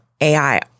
AI